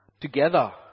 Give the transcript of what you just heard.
together